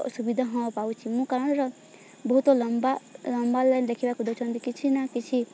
ସୁବିଧା ହଁ ପାଉଛି ମୁଁ କାରଣର ବହୁତ ଲମ୍ବା ଲମ୍ବା ଲାଇନ୍ ଲେଖିବାକୁ ଦେଉଛନ୍ତି କିଛି ନା କିଛି